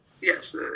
Yes